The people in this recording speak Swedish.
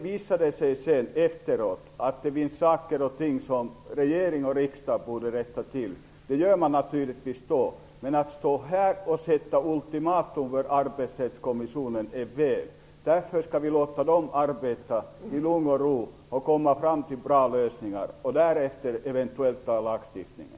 Om det sedan efteråt visar sig att det finns saker och ting som regering och riksdag borde rätta till så gör man naturligtvis det. Men att här ställa ultimatum för arbetsrättskommissionen vore fel. Vi skall låta kommissionen arbeta i lugn och ro, så att de kan komma fram till bra lösningar. Därefter kan man eventuellt ändra i lagstiftningen.